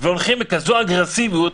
והולכים בכזאת אגרסיביות,